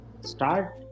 start